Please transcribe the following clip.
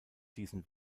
diesen